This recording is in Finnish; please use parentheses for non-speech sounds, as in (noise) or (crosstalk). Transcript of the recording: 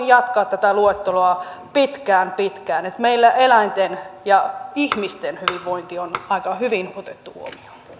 (unintelligible) jatkaa tätä luetteloa pitkään pitkään meillä eläinten ja ihmisten hyvinvointi on aika hyvin otettu huomioon